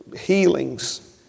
healings